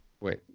Wait